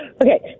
Okay